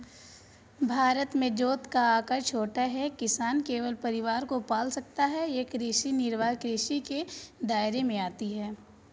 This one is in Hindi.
भारत में जोत का आकर छोटा है, किसान केवल परिवार को पाल सकता है ये कृषि निर्वाह कृषि के दायरे में आती है